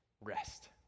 rest